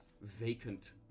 vacant